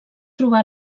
trobà